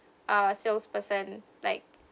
uh salesperson like